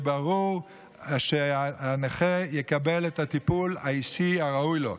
יהיה ברור שהנכה יקבל את הטיפול האישי הראוי לו.